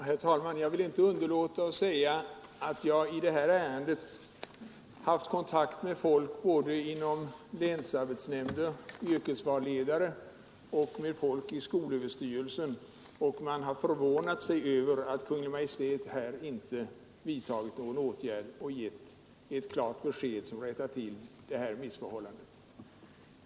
Herr talman! Jag vill inte underlåta nämna att jag i det här ärendet haft kontakt med såväl länsarbetsnämndens yrkesvalsledare som folk i skolöverstyrelsen. Man har förvånat sig över att Kungl. Maj:t inte vidtagit någon åtgärd och gett ett klart besked som rättat till missförhållandet.